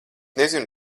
nezinu